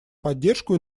поддержку